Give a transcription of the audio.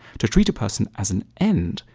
to treat a person as an end,